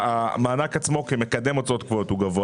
המענק עצמו כמקדם הוצאות קבועות הוא גבוה